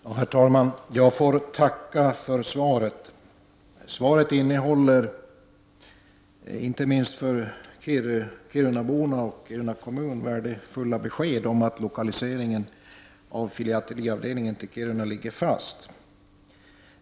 Herr talman! Jag får tacka för svaret. Svaret innehåller inte minst för kirunaborna och Kiruna kommun värdefulla besked om att lokaliseringen av filateliavdelningen till Kiruna ligger fast.